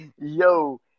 Yo